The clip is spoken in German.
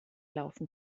laufen